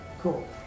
cool